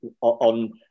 on